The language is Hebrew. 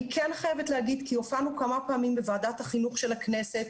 אני כן חייבת להגיד כי הופענו כמה פעמים בוועדת החינוך של הכנסת,